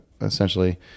essentially